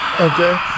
Okay